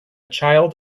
child